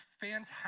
fantastic